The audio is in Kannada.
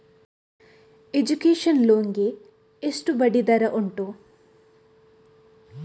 ಎಜುಕೇಶನ್ ಲೋನ್ ಗೆ ಎಷ್ಟು ಬಡ್ಡಿ ದರ ಉಂಟು?